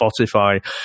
Spotify